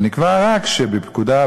אבל נקבע רק שבפקודה,